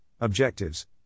objectives